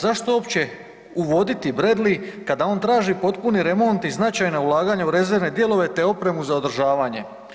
Zašto uopće uvoditi Bradley kada on traži potpuni remont i značajna ulaganja u rezervne dijelove te opremu za održavanje?